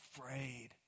afraid